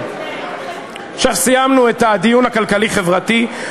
עכשיו סיימנו את הדיון הכלכלי-חברתי.